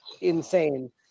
insane